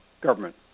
government